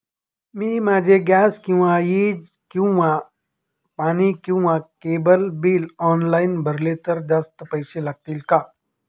मी माझे गॅस किंवा वीज किंवा पाणी किंवा केबल बिल ऑनलाईन भरले तर जास्त पैसे लागतील का?